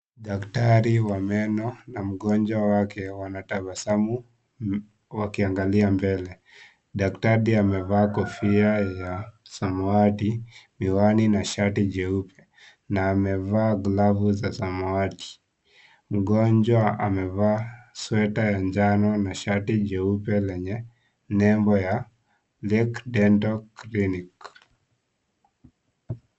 Daktari wa meno na mgonjwa wake wanatabasamu wakiangalia mbele. Daktari amevaa kofia ya samawati, miwani na shati jeupe na amevaa glavu za samawati . Mgonjwa amevaa sweta ya njano na Shati jeupe lenye nembo ya lake dental clinic.